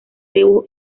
tribu